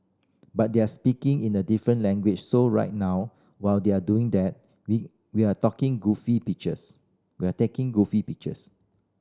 but they're speaking in a different language so right now while they're doing that we we're talking goofy pictures we're taking goofy pictures